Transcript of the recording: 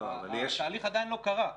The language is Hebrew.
התהליך עדיין לא קרה.